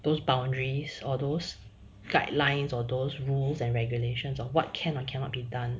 those boundaries or those guidelines or those rules and regulations of what can or cannot be done